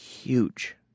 huge